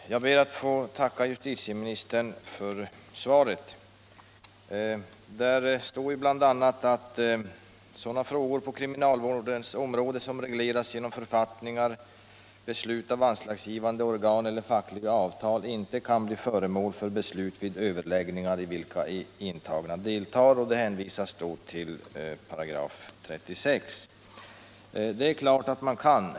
Herr talman! Jag ber att få tacka justitieministern för svaret. Där sägs bl.a. att ”sådana frågor på kriminalvårdens område som regleras genom författningar, beslut av anslagsbeviljande organ eller fackliga avtal inte kan bli föremål för beslut vid överläggningar i vilka de intagna deltar”, och statsrådet hänvisar på den punkten till 36 § lagen om kriminalvård i anstalt. Men det är klart att de kan.